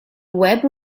web